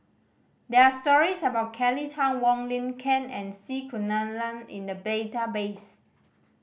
there are stories about Kelly Tang Wong Lin Ken and C Kunalan in the database